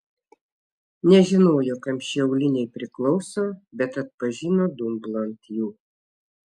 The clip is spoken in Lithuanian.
nežinojo kam šie auliniai priklauso bet atpažino dumblą ant jų